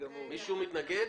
מישהו מתנגד?